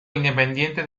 independiente